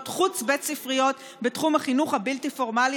חוץ-בית ספריות בתחום החינוך הבלתי-פורמלי,